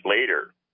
later